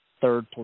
third